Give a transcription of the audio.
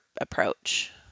approach